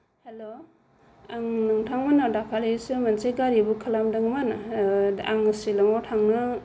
हेल' आं नोंथांमोननाव दाखालिसो मोनसे गारि बुक खालादोंमोन आङो सिलंआव थांनो